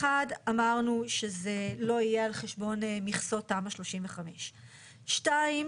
אמרנו שזה לא יהיה על חשבון מכסות תמ"א 35. שנית,